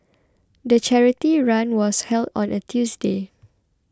the charity run was held on a Tuesday